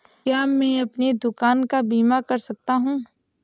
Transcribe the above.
क्या मैं अपनी दुकान का बीमा कर सकता हूँ?